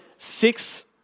Six